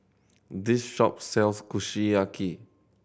this shop sells Kushiyaki